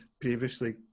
previously